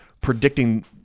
predicting –